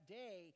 day